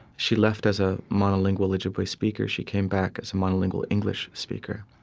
she left as a monolingual ojibwe speaker she came back as a monolingual english speaker.